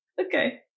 okay